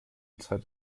zeit